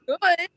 good